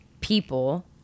people